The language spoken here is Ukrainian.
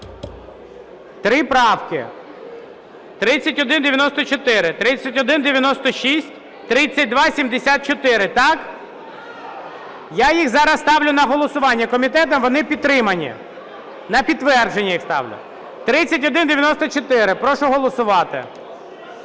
Три правки: 3194, 3196, 3274. Так? Я їх зараз ставлю на голосування. Комітетом вони підтримані. На підтвердження їх ставлю. 3194. Прошу голосувати.